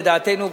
לדעתנו,